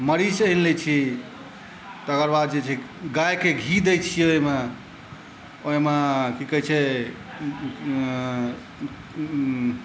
मरीच आनि लै छी तकर बाद जे छै गायके घी दै छियै ओहिमे ओहिमे की कहै छै उँउँउँऐंऽऽऽ उँउँ